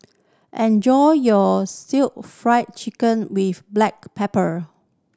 enjoy your Stir Fried Chicken with black pepper